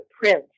Prince